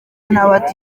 n’abata